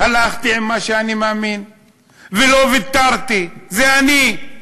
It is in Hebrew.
הלכתי עם מה שאני מאמין ולא ויתרתי, זה אני.